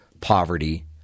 poverty